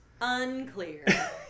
Unclear